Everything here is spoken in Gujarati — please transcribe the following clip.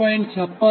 5620